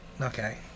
okay